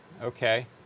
Okay